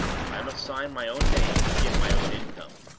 i must sign my own name to get my own income.